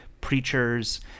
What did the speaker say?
preachers